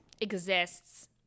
exists